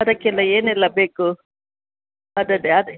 ಅದಕ್ಕೆಲ್ಲ ಏನೆಲ್ಲ ಬೇಕು ಅದದೇ ಅದೇ